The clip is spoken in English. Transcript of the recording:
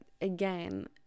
again